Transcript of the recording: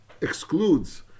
excludes